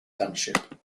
township